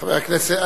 חבר הכנסת,